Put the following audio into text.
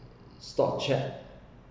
stock check